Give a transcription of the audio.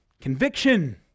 Conviction